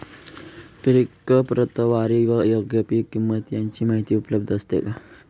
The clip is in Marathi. पीक प्रतवारी व योग्य पीक किंमत यांची माहिती उपलब्ध असते का?